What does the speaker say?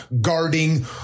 guarding